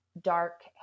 dark